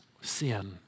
sin